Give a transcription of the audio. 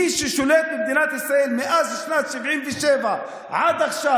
מי ששולט במדינת ישראל מאז שנת 1977 ועד עכשיו,